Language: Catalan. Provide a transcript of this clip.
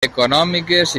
econòmiques